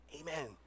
Amen